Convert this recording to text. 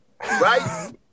right